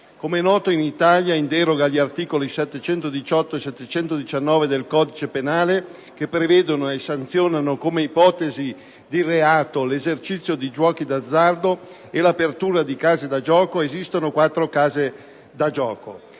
Come è noto, in Italia, in deroga agli articoli 718 e 719 del codice penale, che prevedono e sanzionano come ipotesi di reato l'esercizio di giuochi d'azzardo e l'apertura di case da gioco, esistono quattro casinò